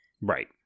Right